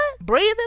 Breathing